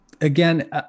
again